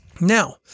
Now